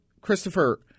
Christopher